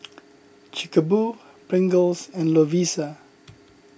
Chic Boo Pringles and Lovisa